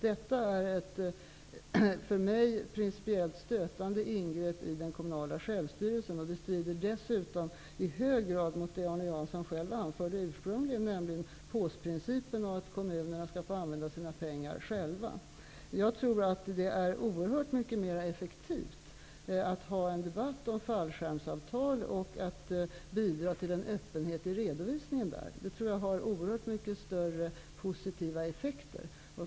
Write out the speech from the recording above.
Detta är ett för mig principiellt stötande ingrepp i den kommunala självstyrelsen, och det strider dessutom i hög grad mot det Arne Jansson själv anförde ursprungligen, nämligen påsprincipen, dvs. att kommunerna själva skall få välja hur pengarna skall användas. Jag tror att det är oerhört mycket mer effektivt att föra en debatt om fallskärmsavtal och att bidra till en öppenhet i redovisningen. Det tror jag har oerhört mycket större positiva effekter.